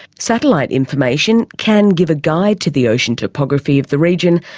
satellite information can give a guide to the ocean topography of the region,